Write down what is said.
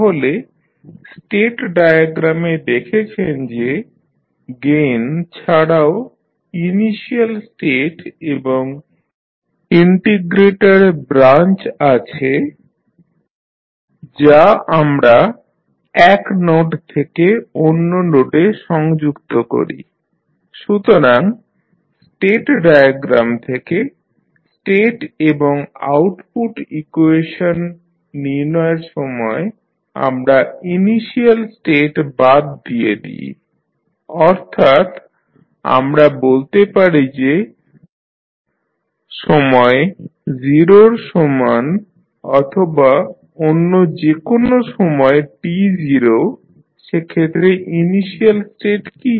তাহলে স্টেট ডায়াগ্রামে দেখেছেন যে গেইন ছাড়াও ইনিশিয়াল স্টেট এবং ইন্টিগ্রেটর ব্রাঞ্চ আছে যা আমরা এক নোড থেকে অন্য নোডে সংযুক্ত করি সুতরাং স্টেট ডায়াগ্রাম থেকে স্টেট এবং আউটপুট ইকুয়েশন নির্ণয়ের সময় আমরা ইনিশিয়াল স্টেট বাদ দিয়ে দিই অর্থাৎ আমরা বলতে পারি যে সময় 0 এর সমান অথবা অন্য যে কোন সময় t0 সেক্ষেত্রে ইনিশিয়াল স্টেট কী